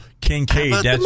Kincaid